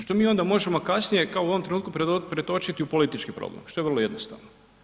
Što mi onda možemo kasnije kao u ovom trenutku pretočiti u politički problem što je vrlo jednostavno.